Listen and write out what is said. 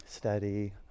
steady